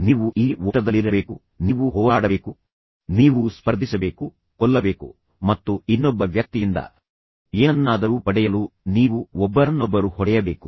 ನೀವು ಇಲಿ ಓಟದಲ್ಲಿರಬೇಕು ನೀವು ಹೋರಾಡಬೇಕು ನೀವು ಸ್ಪರ್ಧಿಸಬೇಕು ನೀವು ಕೊಲ್ಲಬೇಕು ಮತ್ತು ಇನ್ನೊಬ್ಬ ವ್ಯಕ್ತಿಯಿಂದ ಏನನ್ನಾದರೂ ಪಡೆಯಲು ನೀವು ಒಬ್ಬರನ್ನೊಬ್ಬರು ಹೊಡೆಯಬೇಕು